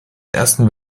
ersten